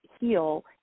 heal